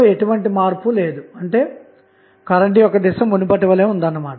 అయినప్పుడు లోడ్ కి బదిలీ అయ్యే గరిష్ట పవర్ అన్నది VTh24RTh అన్నమాట